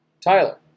Tyler